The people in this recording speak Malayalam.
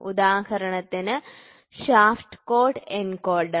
ഉദാഹരണത്തിന് ഷാഫ്റ്റ് കോഡ് എൻകോഡർ